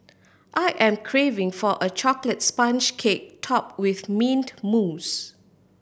I am craving for a chocolate sponge cake top with mint mousse